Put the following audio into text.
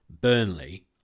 Burnley